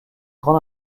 grande